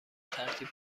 ترتیب